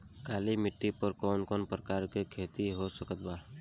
काली मिट्टी पर कौन कौन प्रकार के खेती हो सकत बा?